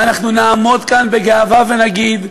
ואנחנו נעמוד כאן בגאווה ונגיד,